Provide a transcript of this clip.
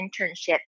internship